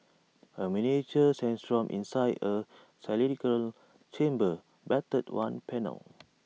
A miniature sandstorm inside A cylindrical chamber battered one panel